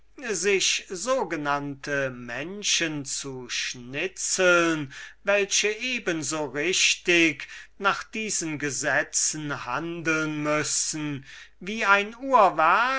sich so genannte menschen zu schnitzeln welche eben so richtig nach diesen gesetzen handeln mußten wie ein